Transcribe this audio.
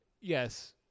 Yes